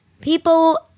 people –